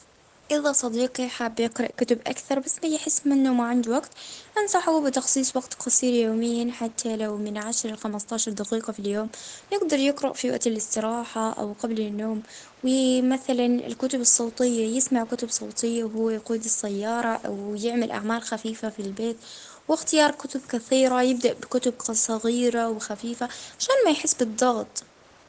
أيستغل أوقات الصغيرة كيف؟ زي وجت الإنتظار أو أوجات ما قبل النوم يستغل الكتب الصوتية حل ممتاز يجدر يسمعها هو يسوج أو يدير في حاجة تانية.